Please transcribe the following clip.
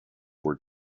were